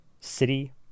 city